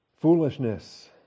Foolishness